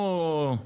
לא,